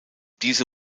diese